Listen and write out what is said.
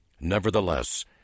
Nevertheless